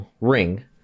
ring